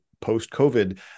post-COVID